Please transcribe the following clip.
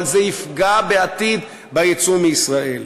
אבל זה יפגע בעתיד ביצוא מישראל.